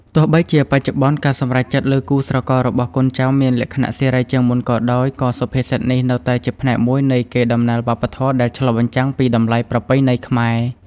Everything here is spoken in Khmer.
ទោះបីជាបច្ចុប្បន្ន ការសម្រេចចិត្តលើគូស្រកររបស់កូនចៅមានលក្ខណៈសេរីជាងមុនក៏ដោយ ក៏សុភាសិតនេះនៅតែជាផ្នែកមួយនៃកេរដំណែលវប្បធម៌ដែលឆ្លុះបញ្ចាំងពីតម្លៃប្រពៃណីខ្មែរ។